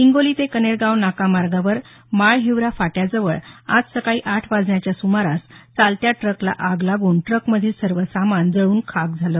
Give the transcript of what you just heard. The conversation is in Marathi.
हिंगोली ते कनेरगाव नाका मार्गावर माळहिवरा फाट्याजवळ आज सकाळी आठ वाजण्याच्या सुमारास चालत्या ट्रकला आग लागून ट्रकमधील सर्व सामान जळून खाक झालं